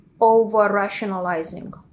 over-rationalizing